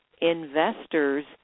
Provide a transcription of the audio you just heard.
investors